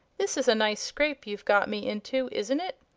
this is a nice scrape you've got me into, isn't it?